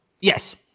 Yes